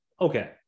Okay